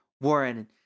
Warren